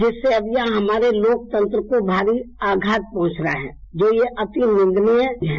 जिससे अब यह हमारे लोकतंत्र को भारी आघात पहुंच रहा है जो अति निंदनीय है